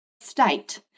state